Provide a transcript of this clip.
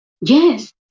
yes